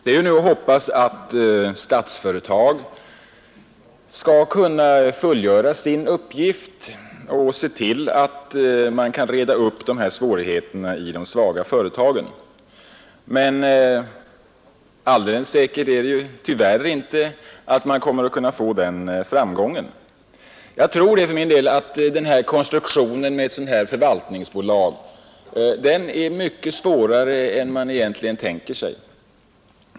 Det är nu att hoppas att Statsföretag skall kunna fullgöra sin uppgift och reda upp svårigheterna i de svaga företagen. Men alldeles säkert är det tyvärr inte att man får rimlig framgång. Själva konstruktionen med ett förvaltningsbolag är mycket svårare än man egentligen tänker sig.